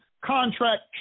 contract